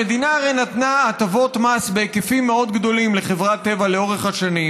המדינה הרי נתנה הטבות מס בהיקפים מאוד גדולים לחברת טבע לאורך השנים.